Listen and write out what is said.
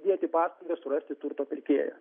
dėti pastangas surasti turto pirkėją